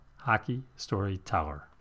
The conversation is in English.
HockeyStoryTeller